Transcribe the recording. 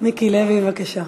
מיקי לוי, בבקשה.